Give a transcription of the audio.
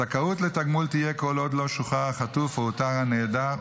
הזכאות לתגמול תהיה כל עוד לא שוחרר החטוף או אותר הנעדר,